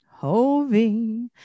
Hovi